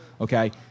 Okay